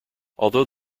although